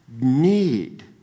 need